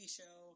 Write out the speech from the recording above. show